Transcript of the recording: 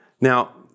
Now